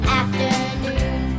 afternoon